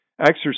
exercise